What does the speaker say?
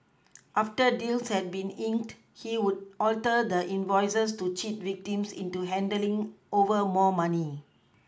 after deals had been inked he would alter the invoices to cheat victims into handling over more money